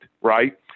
right